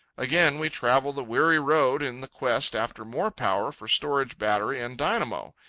again we travel the weary road in the quest after more power for storage battery and dynamo.